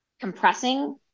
compressing